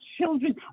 children